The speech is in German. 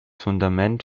fundament